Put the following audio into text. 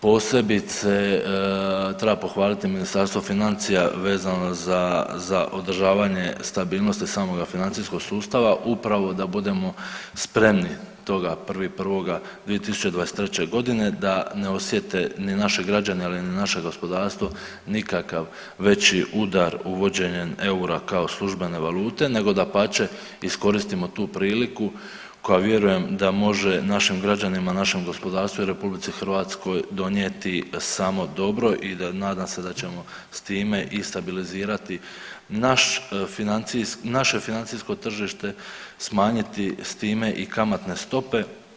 Posebice treba pohvaliti Ministarstvo financija vezano za održavanje stabilnosti samoga financijskog sustava upravo da budemo spremni toga 1.1.2023. godine da ne osjete ni naši građani, a ni naše gospodarstvo nikakav veći udar uvođenjem eura kao službene valute, nego dapače iskoristimo tu priliku koja vjerujem da može našim građanima, našem gospodarstvu i Republici Hrvatskoj donijeti samo dobro i nadam se da ćemo s time i stabilizirati naše financijsko tržište, smanjiti s time i kamatne stope.